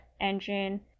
engine